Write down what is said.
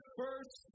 first